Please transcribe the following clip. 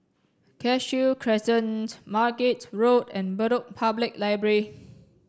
Cashew Crescent Margate Road and Bedok Public Library